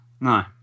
No